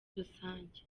rusange